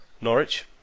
Norwich